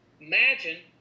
imagine